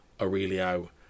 Aurelio